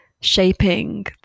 shaping